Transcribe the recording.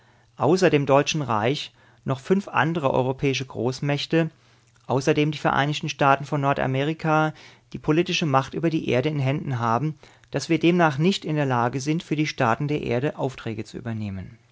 außer dem deutschen reich noch fünf andre europäische großmächte außerdem die vereinigten staaten von nordamerika die politische macht über die erde in händen haben daß wir demnach nicht in der lage sind für die staaten der erde aufträge zu übernehmen